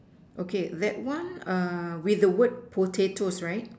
okay that one err with the word potatoes right